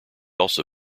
also